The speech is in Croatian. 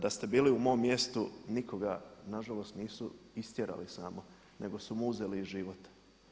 Da ste bili u mom mjestu nikoga nažalost nisu istjerali samo nego su mu uzeli i život.